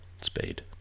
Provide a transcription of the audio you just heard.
spade